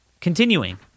Continuing